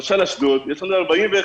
למשל באשדוד יש לנו 41,000